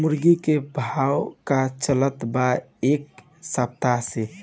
मुर्गा के भाव का चलत बा एक सप्ताह से?